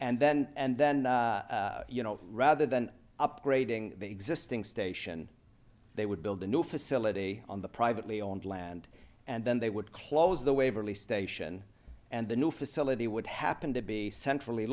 and then and then you know rather than upgrading the existing station they would build a new facility on the privately owned land and then they would close the waverly station and the new facility would happen to be centrally